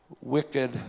wicked